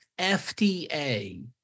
FDA